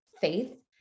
faith